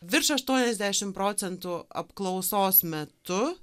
virš aštuoniasdešim procentų apklausos metu